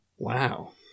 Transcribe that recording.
Wow